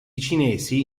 cinesi